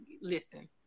listen